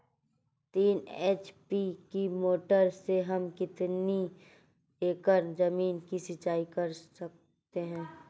तीन एच.पी की मोटर से हम कितनी एकड़ ज़मीन की सिंचाई कर सकते हैं?